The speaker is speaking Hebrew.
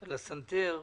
על הסנטר.